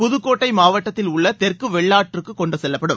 புதுக்கோட்டை மாவட்டத்தில் உள்ள தெற்கு வெள்ளாற்றுக்கு கொண்டு செல்வப்படும்